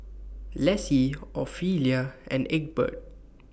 Laci Ophelia and Egbert